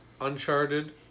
Uncharted